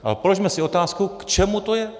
Ale položme si otázku, k čemu to je.